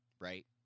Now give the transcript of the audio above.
right